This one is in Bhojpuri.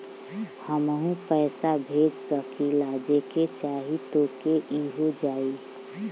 हमहू पैसा भेज सकीला जेके चाही तोके ई हो जाई?